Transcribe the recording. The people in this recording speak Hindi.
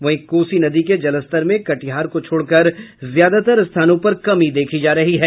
वहीं कोसी नदी के जलस्तर में कटिहार को छोड़कर ज्यादातर स्थानों पर कमी देखी जा रही है